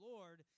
Lord